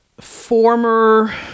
former